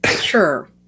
sure